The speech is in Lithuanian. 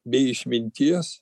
be išminties